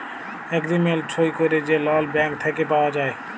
agreement সই ক্যইরে যে লল ব্যাংক থ্যাইকে পাউয়া যায়